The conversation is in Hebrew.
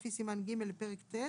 לפי סימן ג' לפרק ט'